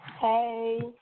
Hey